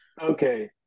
Okay